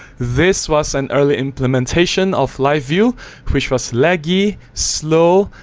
this was an early implementation of live view which was laggy, slow,